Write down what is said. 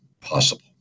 possible